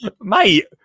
mate